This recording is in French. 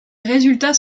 résultats